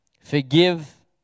Forgive